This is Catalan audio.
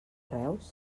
reus